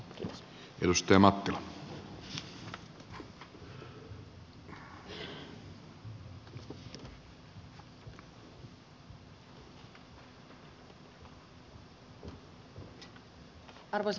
arvoisa puhemies